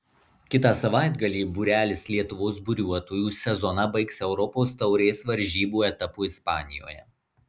kitą savaitgalį būrelis lietuvos buriuotojų sezoną baigs europos taurės varžybų etapu ispanijoje